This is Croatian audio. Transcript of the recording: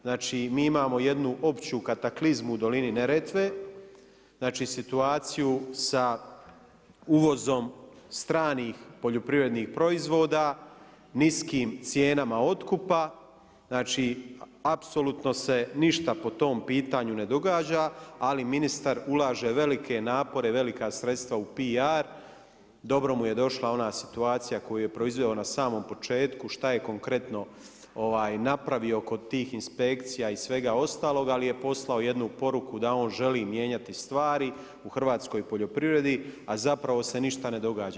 Znači mi imamo jednu opću kataklizmu u dolini Neretve, znali situaciju sa uvozom stranih poljoprivrednih proizvoda, niskim cijenama otkupa, znači apsolutno se ništa po tom pitanju ne događa, ali ministar ulaže velike napore, velika sredstva u PR, dobro mu je došla ona situacija koju je proizveo na samom početku, šta je konkretno napravio kod tih inspekcija i svega ostalog, ali je poslao jednu poruku da on želi mijenjati stvari u hrvatskoj poljoprivredi a zapravo se ništa ne događa.